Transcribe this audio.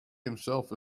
himself